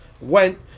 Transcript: went